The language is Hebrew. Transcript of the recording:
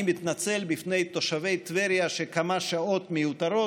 אני מתנצל בפני תושבי טבריה שהיו כמה שעות מיותרות,